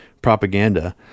propaganda